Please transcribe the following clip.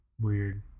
Weird